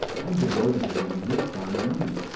i am devoted to him and he is fond of me,